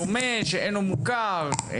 או שאינו מוכר".